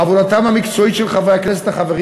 עבודתם המקצועית של חברי הכנסת החברים